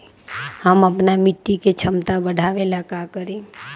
हम अपना मिट्टी के झमता बढ़ाबे ला का करी?